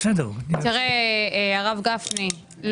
תראה הרב גפני,